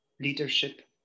Leadership